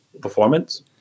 performance